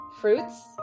fruits